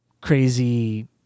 crazy